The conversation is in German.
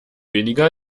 weniger